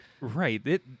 Right